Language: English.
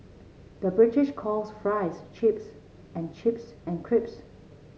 the British calls fries chips and chips and crisps